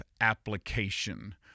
application